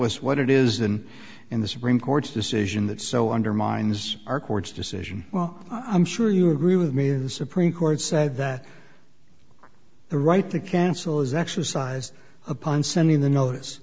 us what it is than in the supreme court's decision that so undermines our court's decision well i'm sure you agree with me the supreme court said that the right to cancel is exercised upon sending the notice